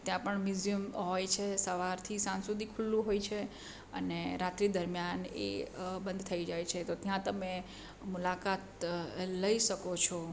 ત્યાં પણ મ્યુઝયમ હોય છે સવારથી સાંજ સુધી ખુલ્લું હોય છે અને રાત્રિ દરમ્યાન એ બંધ થઈ જાય છે તો ત્યાં તમે મુલાકાત લઈ શકો છો